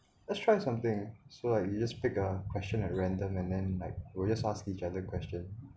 let's try something so like you just pick a question at random and then like we just ask each other question